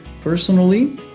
personally